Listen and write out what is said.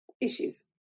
issues